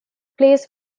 plays